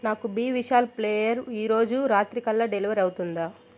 నాకు బి విశాల్ ప్లెయర్ ఈరోజు రాత్రికల్లా డెలివర్ అవుతుందా